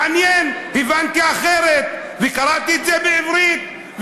מעניין, הבנתי אחרת, וקראתי את זה בעברית.